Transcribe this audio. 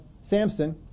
Samson